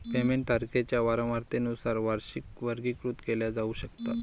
payment तारखांच्या वारंवारतेनुसार वार्षिकी वर्गीकृत केल्या जाऊ शकतात